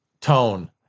tone